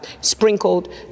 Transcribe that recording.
sprinkled